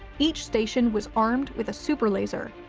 each station was armed with a superlaser,